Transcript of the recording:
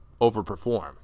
overperform